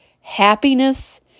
Happiness